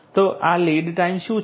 તો આ lead time શું છે